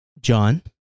John